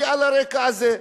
היא על הרקע הזה,